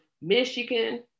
Michigan